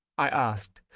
i asked,